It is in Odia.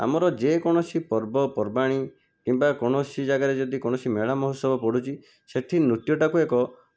ଆମର ଯେକୌଣସି ପର୍ବପର୍ବାଣୀ କିମ୍ବା କୌଣସି ଜାଗାରେ ଯଦି କୌଣସି ମେଳା ମହୋତ୍ସବ ପଡ଼ୁଛି ସେଠି ନୃତ୍ୟଟାକୁ ଏକ